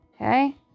Okay